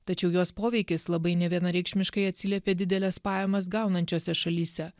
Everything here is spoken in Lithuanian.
tačiau jos poveikis labai nevienareikšmiškai atsiliepė dideles pajamas gaunančiose šalyse